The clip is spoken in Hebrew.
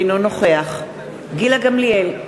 אינו נוכח גילה גמליאל,